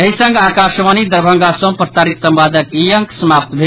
एहि संग आकाशवाणी दरभंगा सँ प्रसारित संवादक ई अंक समाप्त भेल